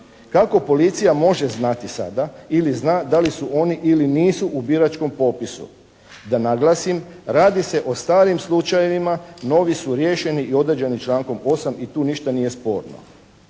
Kako policija može znati sada ili zna da li su oni ili nisu u biračkom popisu? Da naglasim, radi se o starim slučajevima, novi su riješeni i određeni člankom 8. i tu ništa nije sporno.